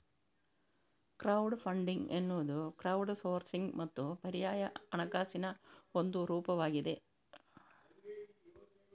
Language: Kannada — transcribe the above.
ಕ್ರೌಡ್ ಫಂಡಿಂಗ್ ಎನ್ನುವುದು ಕ್ರೌಡ್ ಸೋರ್ಸಿಂಗ್ ಮತ್ತು ಪರ್ಯಾಯ ಹಣಕಾಸಿನ ಒಂದು ರೂಪವಾಗಿದೆ